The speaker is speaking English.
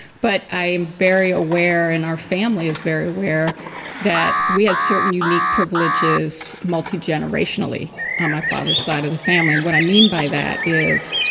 but i'm very aware and our family is very aware that we have certain unique privileges multi-generationally on my father's side of the family. and what i mean by that is,